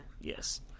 Yes